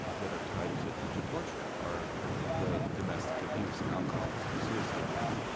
that are tied to to torture are the domestic abuse, alcoholism, suicide rates.